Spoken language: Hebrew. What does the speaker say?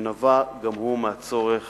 שנבע גם הוא מהצורך